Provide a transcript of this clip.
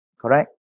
correct